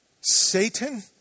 Satan